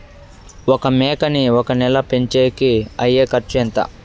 ఒక మేకని ఒక నెల పెంచేకి అయ్యే ఖర్చు ఎంత?